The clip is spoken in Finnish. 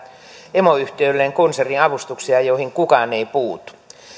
emoyhtiöilleen konserniavustuksia joihin kukaan ei puutu